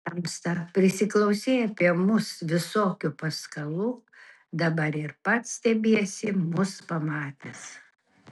tamsta prisiklausei apie mus visokių paskalų dabar ir pats stebiesi mus pamatęs